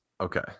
okay